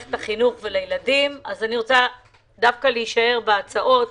למערכת החינוך ולילדים אז אני רוצה להישאר בהצעות.